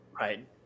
right